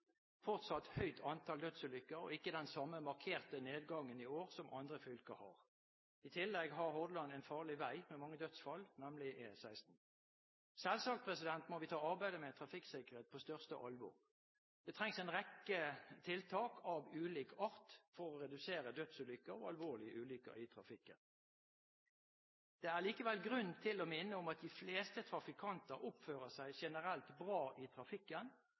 en farlig vei, med mange dødsfall, nemlig E16. Selvsagt må vi ta arbeidet med trafikksikkerhet på største alvor. Det trengs en rekke tiltak av ulik art for å redusere dødsulykker og alvorlige ulykker i trafikken. Det er likevel grunn til å minne om at de fleste trafikanter oppfører seg generelt bra i trafikken